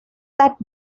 that